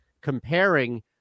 comparing